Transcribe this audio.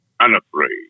unafraid